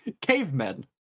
cavemen